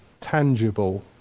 tangible